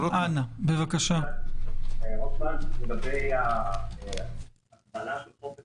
רוטמן לגבי הגבלת חופש